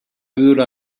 viure